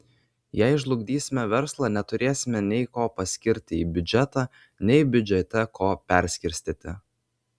jei žlugdysime verslą neturėsime nei ko paskirti į biudžetą nei biudžete ko perskirstyti